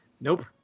nope